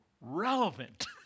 relevant